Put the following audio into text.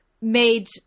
made